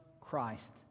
Christ